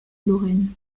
lorraine